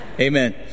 Amen